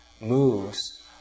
moves